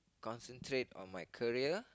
concentrate on my career